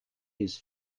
his